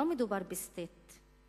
לא מדובר ב-state,